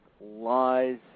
lies